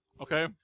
Okay